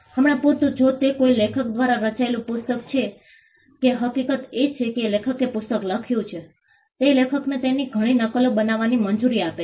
હમણાં પૂરતું જો તે કોઈ લેખક દ્વારા લખાયેલું પુસ્તક છે કે હકીકત એ છે કે લેખકે પુસ્તક લખ્યું છે તે લેખકને તેની ઘણી નકલો બનાવવાની મંજૂરી આપે છે